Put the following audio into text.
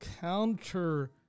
counter